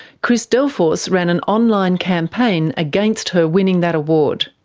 chris delforce ran an online campaign against her winning that award.